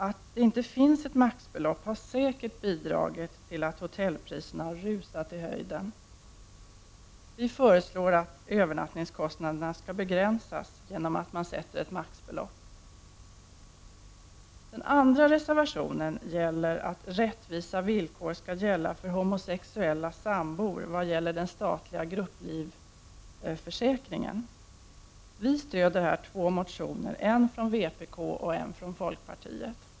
Att det inte finns ett maximibelopp har säkert bidragit till att hotellpriserna har rusat i höjden. Vi föreslår att övernattningskostnaderna begränsas genom att man sätter ett maxbelopp. Den andra reservationen gäller att rättvisa villkor skall gälla för homosexuella sambor i fråga om den statliga grupplivförsäkringen. Vi stöder här två motioner, en från vpk och en från folkpartiet.